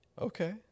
Okay